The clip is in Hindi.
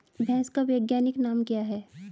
भैंस का वैज्ञानिक नाम क्या है?